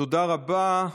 תודה רבה.